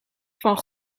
van